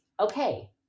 okay